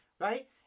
right